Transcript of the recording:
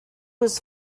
was